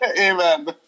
amen